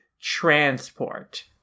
transport